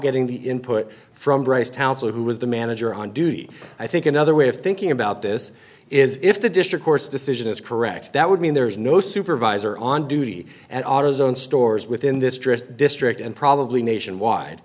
getting the input from bryce councillor who was the manager on duty i think another way of thinking about this is if the district court's decision is correct that would mean there is no supervisor on duty at autozone stores within this dress district and probably nationwide